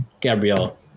Gabrielle